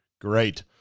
Great